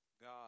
God